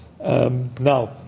Now